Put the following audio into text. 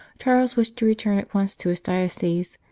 charles wished to return at once to his diocese,